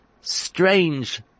strange